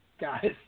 guys